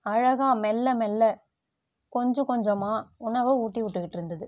அழகாக மெல்ல மெல்ல கொஞ்சம் கொஞ்சமாக உணவை ஊட்டிவிட்டுக்கிட்டு இருந்தது